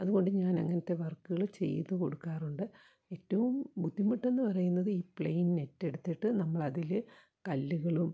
അതുകൊണ്ട് ഞാൻ അങ്ങനത്തെ വർക്കുകൾ ചെയ്തു കൊടുക്കാറുണ്ട് ഏറ്റവും ബുദ്ധിമുട്ടെന്ന് പറയുന്നത് ഈ പ്ലെയിൻ നെറ്റെടുത്തിട്ട് നമ്മൾ അതിൽ കല്ലുകളും